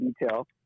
detail